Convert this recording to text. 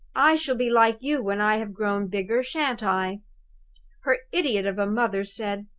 i shall be like you when i have grown bigger, shan't i her idiot of a mother said,